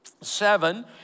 seven